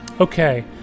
okay